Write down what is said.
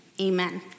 amen